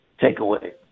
takeaway